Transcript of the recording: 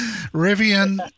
Rivian